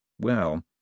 Well